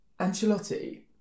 Ancelotti